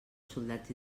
soldats